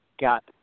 got